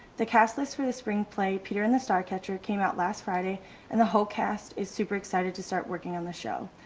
the cast list for the spring play peter and the star catcher came out last friday and the whole cast is super excited to start working on the show.